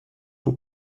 faut